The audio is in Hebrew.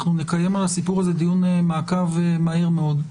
אנחנו נקיים על הסיפור הזה דיון מעקב מהר מאוד.